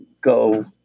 go